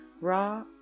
Raw